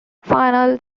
finals